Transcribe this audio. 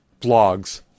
blogs